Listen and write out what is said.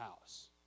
house